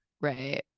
right